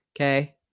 Okay